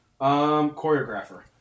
Choreographer